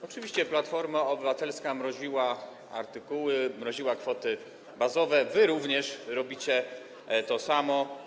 Oczywiście, Platforma Obywatelska mroziła artykuły, mroziła kwoty bazowe - wy robicie to samo.